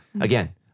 again